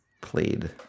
played